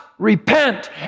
repent